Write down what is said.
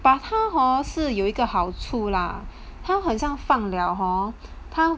but 他 hor 是有一个好处他很像放 liao hor 他